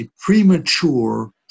premature